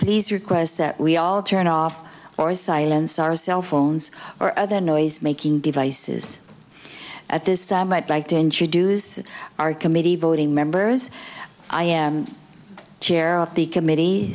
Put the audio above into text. please request that we all turn off or silence our cell phones or other noisemaking devices at this time i'd like to introduce our committee voting members chair of the committee